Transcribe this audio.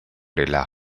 della